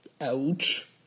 Ouch